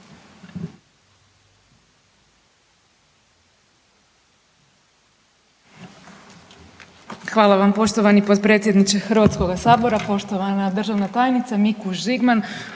Hvala vam poštovani potpredsjedniče HS, poštovana državna tajnice Mikuš Žigman,